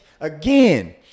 Again